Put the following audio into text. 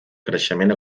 creixement